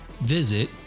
visit